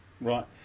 Right